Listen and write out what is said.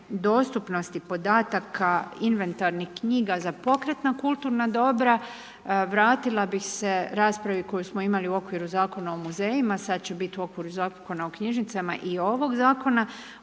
dostupnosti podataka inventarnih knjiga za pokretna kulturna dobra. Vratila bih se raspravi koju smo imali u okviru Zakona o muzejima. Sad će biti u okviru zakona o knjižnicama i ovog Zakona